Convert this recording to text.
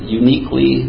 uniquely